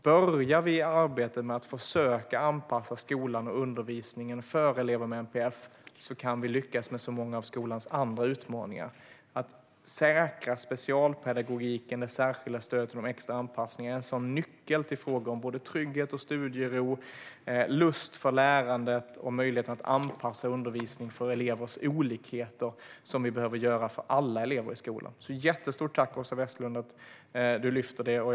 Börjar vi arbetet med att försöka anpassa skolan och undervisningen för elever med NPF kan vi lyckas med många av skolans andra utmaningar. Att säkra specialpedagogiken med särskilda stöd till extra anpassning är en nyckel till trygghet, studiero, lust för lärandet och möjlighet att anpassa undervisningen till elevers olikheter. Detta behöver vi göra för alla elever i skolan. Jättestort tack, Åsa Westlund, för att du lyfter upp detta!